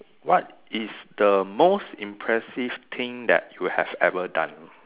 what is the most impressive thing that you have ever done